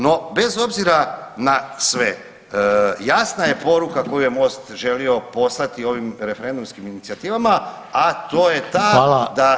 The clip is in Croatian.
No, bez obzira na sve, jasna je poruka koju je Most želio poslati ovim referendumskim inicijativama, a to je ta da